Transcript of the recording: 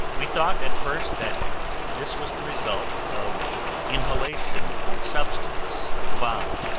we thought at first that this was the result of inhalation of the substance of the bomb.